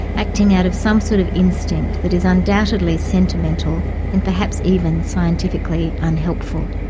acting out of some sort of instinct that is undoubtedly sentimental and perhaps even scientifically unhelpful.